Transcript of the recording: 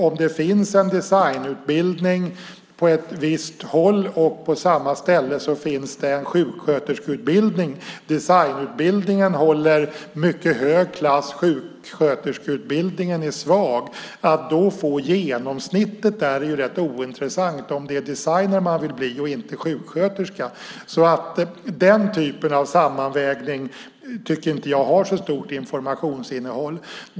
Om det finns en designutbildning på ett visst håll och det på samma ställe finns en sjuksköterskeutbildning och designutbildningen håller mycket hög klass medan sjuksköterskeutbildning är svag är det rätt ointressant att få genomsnittet om det är designer man vill bli och inte sjuksköterska. Den typen av sammanvägning tycker jag inte har så stort informationsinnehåll.